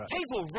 People